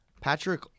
Patrick